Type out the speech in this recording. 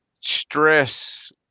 stress